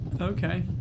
Okay